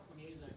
Music